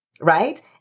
Right